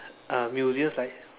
uh museums like